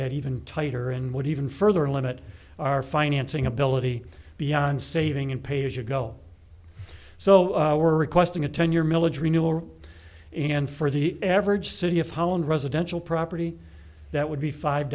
that even tighter and would even further limit our financing ability beyond saving and pay as you go so we're requesting a ten year milage renewal and for the average city of holland residential property that would be five